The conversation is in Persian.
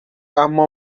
اما